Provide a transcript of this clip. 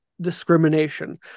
discrimination